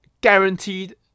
guaranteed